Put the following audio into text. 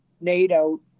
NATO